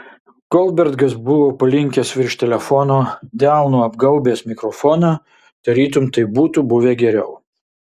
goldbergas buvo palinkęs virš telefono delnu apgaubęs mikrofoną tarytum taip būtų buvę geriau